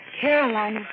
Caroline